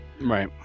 Right